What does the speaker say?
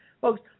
folks